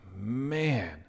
man